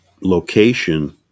location